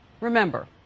Remember